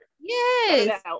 Yes